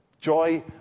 joy